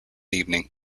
evening